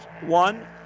One